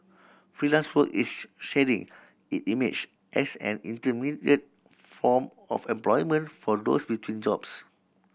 Freelance Work is shedding it image as an intermediate form of employment for those between jobs